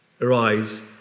arise